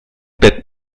bett